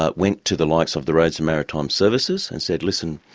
ah went to the likes of the roads and maritime services and said, listen,